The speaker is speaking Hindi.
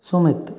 सुमित